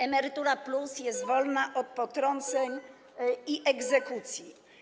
Emerytura+” jest wolna od potrąceń i egzekucji.